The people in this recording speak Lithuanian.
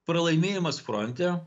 pralaimėjimas fronte